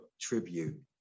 tribute